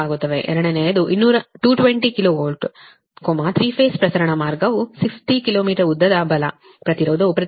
ಎರಡನೆಯದು 220 KV 3 phase ಪ್ರಸರಣ ಮಾರ್ಗವು 60 ಕಿಲೋಮೀಟರ್ ಉದ್ದದ ಬಲ ಪ್ರತಿರೋಧವು ಪ್ರತಿ ಕಿಲೋ ಮೀಟರ್ಗೆ 0